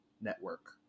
network